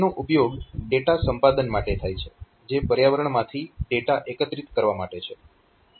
તેનો ઉપયોગ ડેટા સંપાદન માટે થાય છે જે પર્યાવરણમાંથી ડેટા એકત્રિત કરવા માટે છે